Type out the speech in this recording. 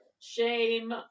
shame